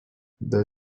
the